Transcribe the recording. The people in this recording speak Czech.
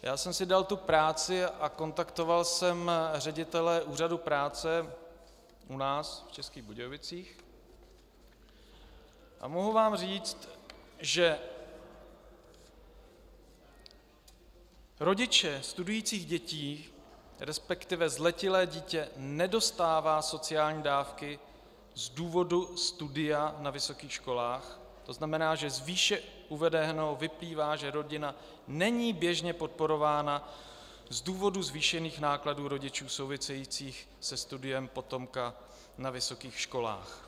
Já jsem si dal tu práci a kontaktoval jsem ředitele úřadu práce u nás v Českých Budějovicích a mohu vám říct, že rodiče studujících dětí, resp. zletilé dítě nedostává sociální dávky z důvodu studia na vysokých školách, to znamená, že z výše uvedeného vyplývá, že rodina není běžně podporována z důvodu zvýšených nákladů rodičů souvisejících se studiem potomka na vysokých školách.